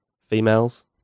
females